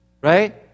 right